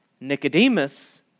Nicodemus